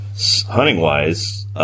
hunting-wise